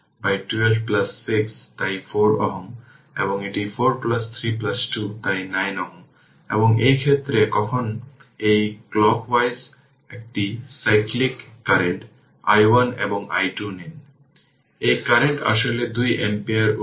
সুতরাং রেজিস্টেন্সের অধ্যয়ন করার জন্য এবং ডিপেন্ডেন্ট বা ডিপেন্ডেন্ট ভোল্টেজ বা কারেন্ট সোর্স